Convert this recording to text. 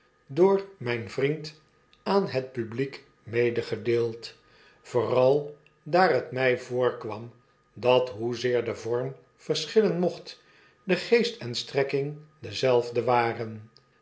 door myn vriend aan het publiek medegedeeld vooral daar het mij voorkwam dat hoezeer de vorm verschillen mocht de geest en strekking dezelfde waren